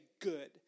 good